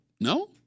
No